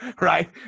right